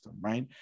right